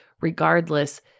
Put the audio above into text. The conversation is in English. Regardless